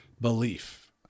belief